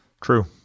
True